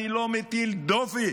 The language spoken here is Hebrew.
אני לא מטיל דופי.